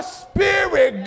spirit